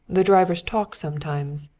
the drivers talk sometimes.